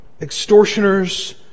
extortioners